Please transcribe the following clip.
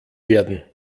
werden